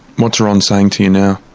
what's ron saying to you now?